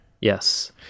Yes